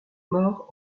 mort